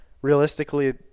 Realistically